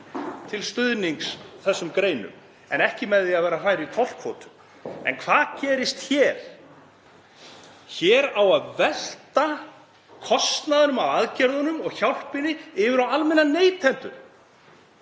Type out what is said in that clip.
til stuðnings þeim greinum en ekki með því að hræra í tollkvótum. En hvað gerist hér? Hér á að velta kostnaðinum af aðgerðunum og hjálpinni yfir á almenna neytendur.